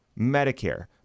Medicare